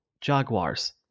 Jaguars